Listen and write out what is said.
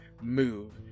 move